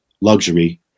luxury